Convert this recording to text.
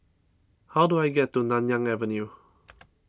how do I get to Nanyang Avenue